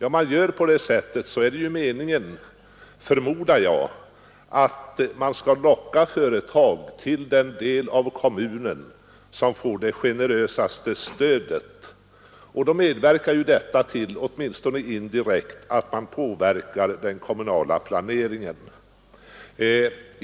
Om man gör på det sättet, förmodar jag det är meningen att man vill påverka lokaliseringen av företag just till den del av kommunen, som får det generösaste stödet. I så fall leder detta — åtminstone indirekt — till att man påverkar den kommunala planeringen i viss riktning.